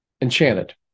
Enchanted